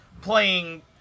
playing